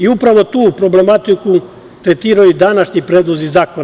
Upravo tu problematiku tretiraju današnji predlozi zakona.